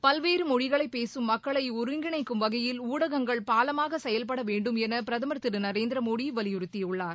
பல்வேறு மொழிகளை பேசும் மக்களை ஒருங்கிணைக்கும் வகையில் ஊடகங்கள் பாலமாக செயல்படவேண்டும் என பிரதமர் திரு நரேந்திரமோடி வலியுறுத்தியுள்ளார்